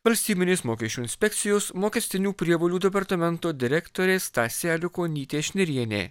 valstybinės mokesčių inspekcijos mokestinių prievolių departamento direktorė stasė aliukonytė šnirienė